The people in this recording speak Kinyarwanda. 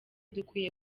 dukwiye